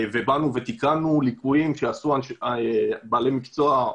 ובאנו ותיקנו ליקויים שעשו בעלי מקצוע,